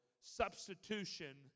substitution